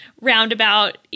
roundabout